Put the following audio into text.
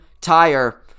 tire